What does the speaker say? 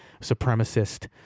supremacist